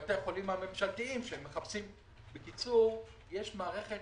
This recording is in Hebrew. לבתי החולים הממשלתיים שמחפשים בקיצור, יש מערכת